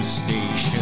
station